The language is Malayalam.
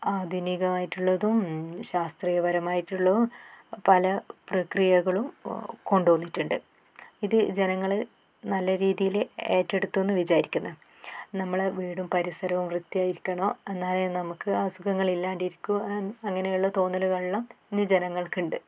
ആധുനികമായിട്ടുള്ളതും ശാസ്ത്രീയ പരമായിട്ടുള്ളതും പല പ്രക്രിയകളും കൊണ്ടു വന്നിട്ടുണ്ട് ഇത് ജനങ്ങൾ നല്ല രീതിയിൽ ഏറ്റെടുത്തുവെന്ന് വിചാരിക്കുന്നു നമ്മളുടെ വീടും പരിസരവും വൃത്തിയായിരിക്കണം എന്നാലെ നമുക്ക് അസുഖങ്ങൾ ഇല്ലാണ്ടിരിക്കൂ അങ്ങനെയുള്ള തോന്നലുകളെല്ലാം ഇന്ന് ജനങ്ങൾക്ക് ഉണ്ട്